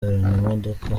imodoka